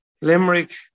Limerick